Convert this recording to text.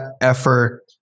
effort